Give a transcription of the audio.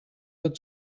der